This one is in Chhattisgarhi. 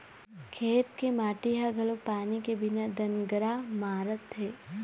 खेत के माटी ह घलोक पानी के बिना दनगरा मारत हे